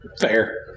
Fair